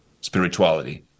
spirituality